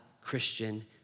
Christian